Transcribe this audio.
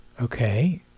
okay